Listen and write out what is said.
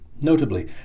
notably